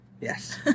Yes